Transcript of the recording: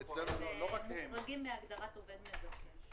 הם מוחרגים מהגדרת עובד מזכה.